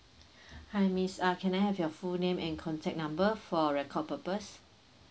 hi miss uh can I have your full name and contact number for record purpose